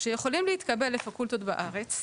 שיכולים להתקבל לפקולטות בארץ,